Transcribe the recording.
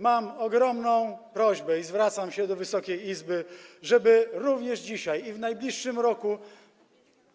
Mam ogromną prośbę i zwracam się o to do Wysokiej Izby, żeby również dzisiaj i w najbliższym roku